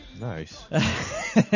Nice